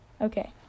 okay